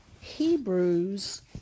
Hebrews